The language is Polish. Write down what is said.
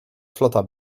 flota